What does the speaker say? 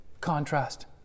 Contrast